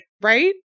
Right